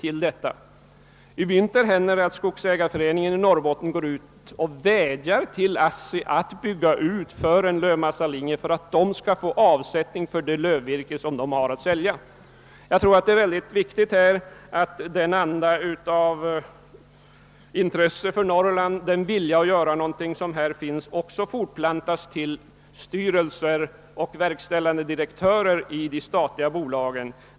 Men i vintras inträffade det att Skogsägareföreningen vädjade till ASSI att bygga ut för en lövmassalinje, så att skogsägareföreningens medlemmar skulle få avsättning för det lövvirke de har att sälja. Jag tror det är viktigt att den anda av intresse för Norrland, den vilja att göra någonting som finns också fortplantas till styrelser och verkställande direktörer i de statliga bolagen.